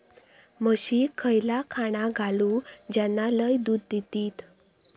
म्हशीक खयला खाणा घालू ज्याना लय दूध देतीत?